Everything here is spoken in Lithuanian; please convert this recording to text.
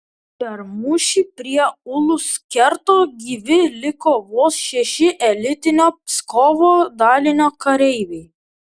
per mūšį prie ulus kerto gyvi liko vos šeši elitinio pskovo dalinio kareiviai